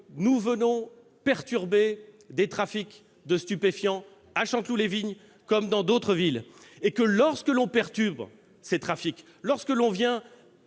nous venions perturber des trafics de stupéfiants à Chanteloup, comme dans d'autres villes. Lorsque l'on perturbe ces trafics, lorsque l'on vient